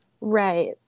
right